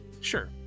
sure